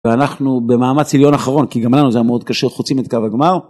ואנחנו במאמץ עליון אחרון כי גם לנו זה מאוד קשה, חוצים את קו הגמר.